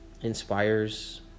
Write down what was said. inspires